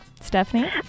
Stephanie